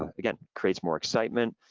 again, creates more excitement,